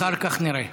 אחר כך נראה.